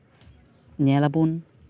ᱧᱮᱞᱟᱵᱚᱱ